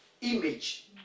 image